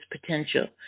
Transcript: potential